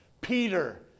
peter